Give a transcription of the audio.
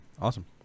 awesome